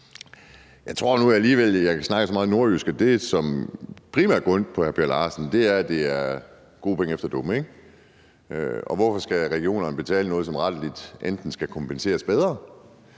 Jeg tror nu alligevel, at jeg snakker så meget nordjysk, at jeg forstår, at det, som primært gør ondt på hr. Per Larsen, er, at det er gode penge efter dumme, ikke? Og hvorfor skal regionerne betale noget, som rettelig enten skal kompenseres bedre